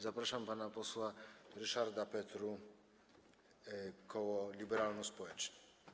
Zapraszam pana posła Ryszarda Petru, koło Liberalno-Społeczni.